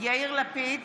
יאיר לפיד,